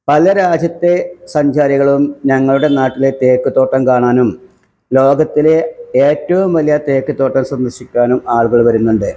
പല രാജ്യത്തെ സഞ്ചാരികളും ഞങ്ങളുടെ നാട്ടിലെ തേക്ക് തോട്ടം കാണാനും ലോകത്തിലെ ഏറ്റവും വലിയ തേക്ക് തോട്ടം സന്ദർശിക്കാനും ആളുകൾ വരുന്നുണ്ട്